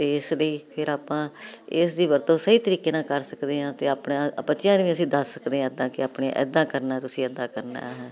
ਇਸ ਲਈ ਫਿਰ ਆਪਾਂ ਇਸ ਦੀ ਵਰਤੋਂ ਸਹੀ ਤਰੀਕੇ ਨਾਲ ਕਰ ਸਕਦੇ ਹਾਂ ਅਤੇ ਆਪਣੇ ਬੱਚਿਆਂ ਨੂੰ ਵੀ ਅਸੀਂ ਦੱਸ ਸਕਦੇ ਹਾਂ ਤਾਂ ਕਿ ਆਪਣੇ ਇੱਦਾਂ ਕਰਨਾ ਤੁਸੀਂ ਇੱਦਾਂ ਕਰਨਾ ਹੈ